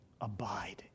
abide